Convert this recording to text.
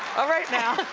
all right now.